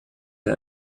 der